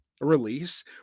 release